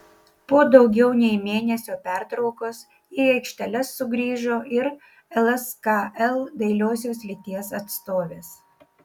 po daugiau nei mėnesio pertraukos į aikšteles sugrįžo ir lskl dailiosios lyties atstovės